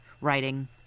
writing